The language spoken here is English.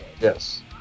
Yes